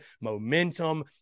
momentum